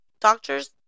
doctors